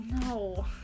No